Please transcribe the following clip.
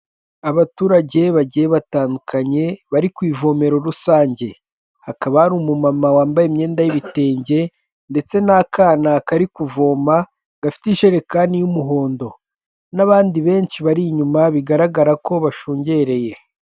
Abaturage bagiye batandukanye bari ku ivomero rusange, hakaba hari umu mama wambaye imyenda y'ibitenge ndetse n'akana kari kuvoma gafite ijerekani y'umuhondo n'abandi benshi bari inyuma bigaragara ko bashungereye.